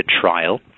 trial